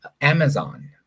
Amazon